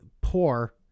poor